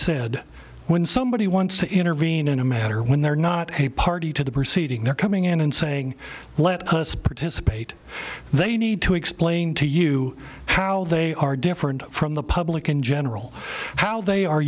said when somebody wants to intervene in a matter when they're not a party to the proceeding they're coming in and saying let us participate they need to explain to you how they are different from the public in general how they are